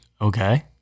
Okay